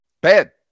Bad